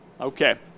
Okay